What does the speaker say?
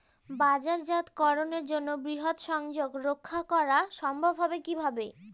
বাজারজাতকরণের জন্য বৃহৎ সংযোগ রক্ষা করা সম্ভব হবে কিভাবে?